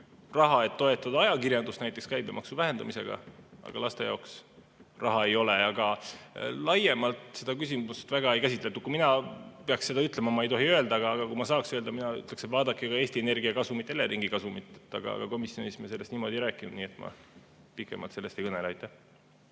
raha, et toetada ajakirjandust näiteks käibemaksu vähendamisega, aga laste jaoks raha ei ole. Aga laiemalt seda küsimust ei käsitletud. Kui mina peaksin seda ütlema – ma ei tohi öelda, aga kui ma saaksin öelda –, siis ma ütleksin, et vaadake ka Eesti Energia kasumit ja Eleringi kasumit. Aga komisjonis me sellest niimoodi ei rääkinud, nii et ma pikemalt sellest ei kõnele.